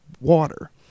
water